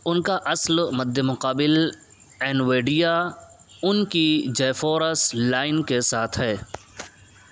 ان کا اصل مد مقابل اینویڈیا ان کی جیفورس لائن کے ساتھ ہے